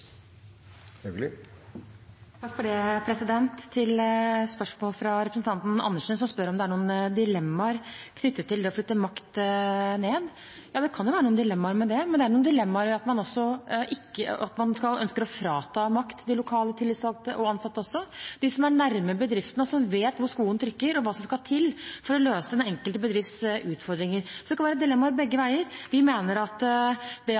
Til spørsmålet fra representanten Dag Terje Andersen, som spør om det er noen dilemmaer knyttet til det å flytte makt ned: Ja, det kan være noen dilemmaer ved det, men det kan også være noen dilemmaer ved at man ønsker å frata lokale tillitsvalgte og ansatte makt også – de som er nær bedriftene og vet hvor skoen trykker, og hva som skal til for å løse den enkelte bedrifts utfordringer. Det kan være dilemmaer begge veier. At de lokalt ansatte får større makt og innflytelse på bekostning av de sentrale, mener jeg er